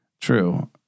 True